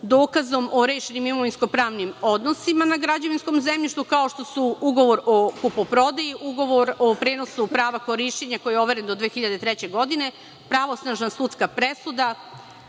dokazom o rešenim imovinsko-pravnim odnosima na građevinskom zemljištu, kao što su ugovor o kupoprodaji, ugovor o prenosu prava korišćenja koji je overen do 2003. godine, pravosnažna sudska presuda,